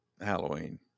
Halloween